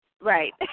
Right